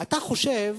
אתה חושב